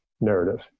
narrative